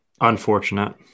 unfortunate